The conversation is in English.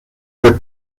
the